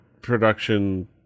production